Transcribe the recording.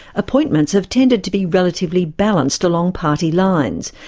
appointments have tended to be relatively balanced along party lines,